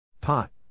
Pot